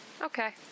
Okay